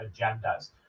agendas